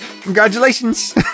Congratulations